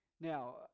Now